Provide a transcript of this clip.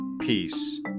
Peace